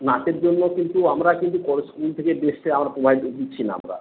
নাচের জন্য কিন্তু আমরা কিন্তু আর স্কুল থেকে ড্রেসটা আর প্রোভাইড দিচ্ছি না আমরা